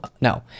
no